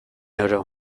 oro